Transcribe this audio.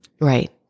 Right